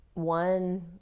One